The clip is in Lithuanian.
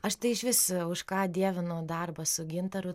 aš tai išvis už ką dievinau darbą su gintaru